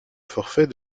forfait